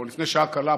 או לפני שעה קלה,